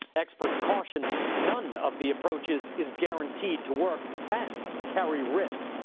experts caution none of the approaches is guaranteed to work, and carry risks,